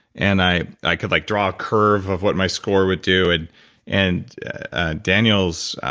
and i i could like draw a curve of what my score would do, and and ah daniel's